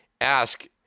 ask